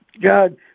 God